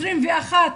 21 מעלות,